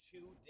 two